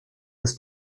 ist